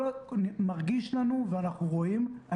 מרגיש לנו ואנחנו רואים,